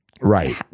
Right